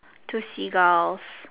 two seagulls